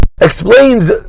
explains